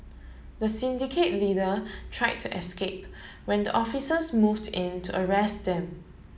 the syndicate leader try to escape when the officers moved in to arrest them